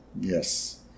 Yes